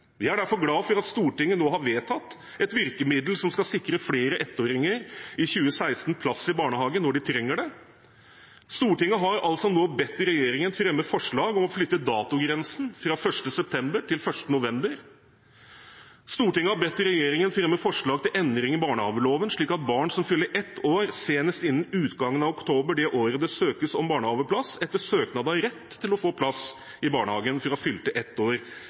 Vi er derfor glad for at Stortinget nå har vedtatt et virkemiddel som skal sikre flere ettåringer i 2016 plass i barnehage når de trenger det. Stortinget har altså nå bedt regjeringen fremme forslag om å flytte datogrensen fra 1. september til 1. november. Stortinget har bedt regjeringen fremme forslag til endringer i barnehageloven, slik at barn som fyller ett år senest innen utgangen av oktober det året det søkes om barnehageplass, etter søknad har rett til å få plass i barnehagen fra fylte ett år,